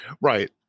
right